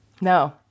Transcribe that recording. No